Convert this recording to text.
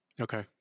okay